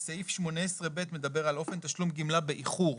סעיף 18ב מדבר על אופן תשלום גמלה באיחור.